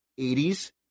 80s